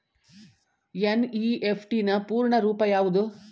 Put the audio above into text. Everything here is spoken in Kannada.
ಎನ್.ಇ.ಎಫ್.ಟಿ ನ ಪೂರ್ಣ ರೂಪ ಯಾವುದು?